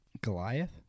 Goliath